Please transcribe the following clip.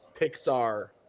Pixar